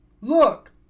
look